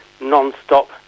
non-stop